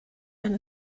and